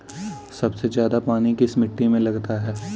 सबसे ज्यादा पानी किस मिट्टी में लगता है?